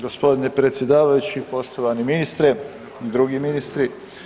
Gospodine predsjedavajući, poštovani ministre, drugi ministri.